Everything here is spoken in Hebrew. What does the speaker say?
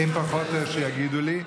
אם פחות, שיגידו לי.